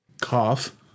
Cough